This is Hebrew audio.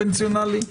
קונבנציונאלי?